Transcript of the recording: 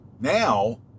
now